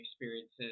experiences